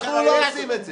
אנחנו לא עושים את זה.